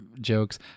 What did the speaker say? jokes